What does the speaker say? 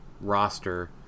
roster